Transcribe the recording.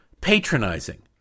patronizing